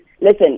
listen